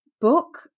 book